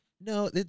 no